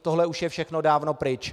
Tohle už je všechno dávno pryč.